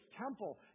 temple